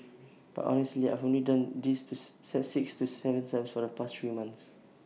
but honestly I've only done this six to Seven times over the past three months